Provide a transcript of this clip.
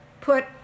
put